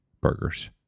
burgers